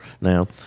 now